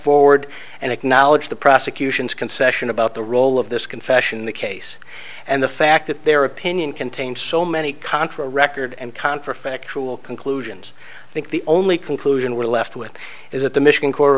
forward and acknowledge the prosecution's concession about the role of this confession in the case and the fact that their opinion contains so many contra record and confort factual conclusions i think the only conclusion we're left with is that the michigan